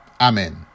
Amen